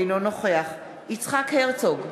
אינו נוכח יצחק הרצוג,